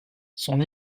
son